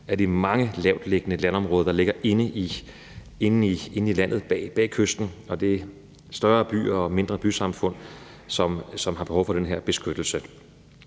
af de mange lavtliggende landområder, der ligger inde i landet bag kysten, og det er større byer og mindre bysamfund, som har behov for den her beskyttelse.